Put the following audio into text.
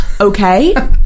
okay